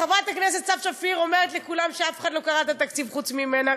חברת הכנסת סתיו שפיר אומרת לכולם שאף אחד לא קרא את התקציב חוץ ממנה,